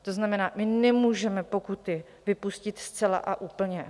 To znamená, my nemůžeme pokuty vypustit zcela a úplně.